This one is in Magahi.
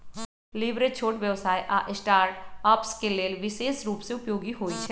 लिवरेज छोट व्यवसाय आऽ स्टार्टअप्स के लेल विशेष रूप से उपयोगी होइ छइ